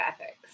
ethics